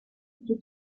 due